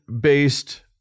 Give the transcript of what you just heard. based